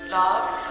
love